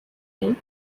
name